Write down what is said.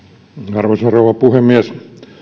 arvoisa rouva puhemies